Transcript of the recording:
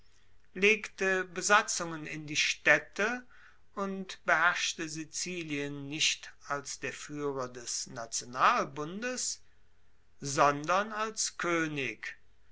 legte besatzungen in die staedte und beherrschte sizilien nicht als der fuehrer des nationalbundes sondern als koenig